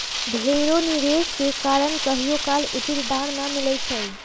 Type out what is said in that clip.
ढेरेक निवेश के कारण कहियोकाल उचित दाम न मिलइ छै